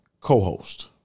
co-host